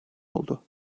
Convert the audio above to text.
oldu